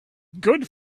good